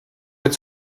wird